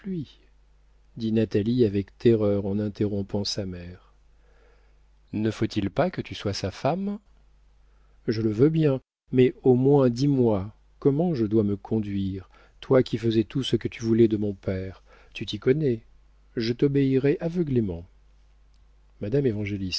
natalie avec terreur en interrompant sa mère ne faut-il pas que tu sois sa femme je le veux bien mais au moins dis-moi comment je dois me conduire toi qui faisais tout ce que tu voulais de mon père tu t'y connais je t'obéirai aveuglément